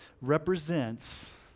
represents